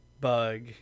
Bug